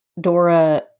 Dora